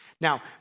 Now